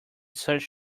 such